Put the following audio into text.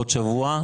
בעוד כשבוע,